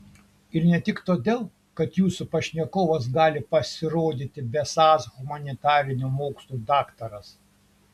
ir ne tik todėl kad jūsų pašnekovas gali pasirodyti besąs humanitarinių mokslų daktaras